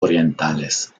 orientales